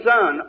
Son